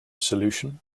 solution